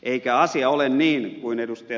eikä asia ole niin kuin ed